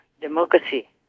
democracy